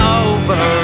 over